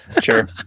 sure